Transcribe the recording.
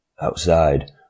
Outside